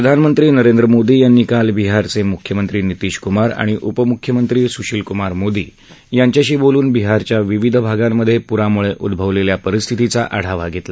प्रधानमंत्री नरेंद्र मोदी यांनी काल बिहारचे मुख्यमंत्री नितीश कुमार आणि उपमुख्यमंत्री सुशिलकुमार मोदी यांच्याशी बोलून बिहारच्या विविध भागांमधे पुरामुळे उद्ववलेल्या परिस्थितीचा आढावा धेतला